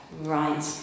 right